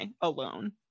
alone